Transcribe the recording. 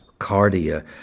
cardia